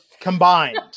Combined